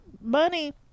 Money